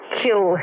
kill